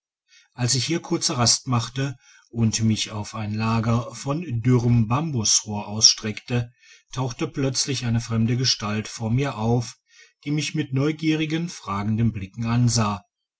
als ich hier kurze rast machte und mich auf ein lager von dürrem bambusrohr ausstreckte tauchte plötzlich eine fremde gestalt vor mir auf die mich mit neugierig fragenden blicken ansah